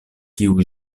kiu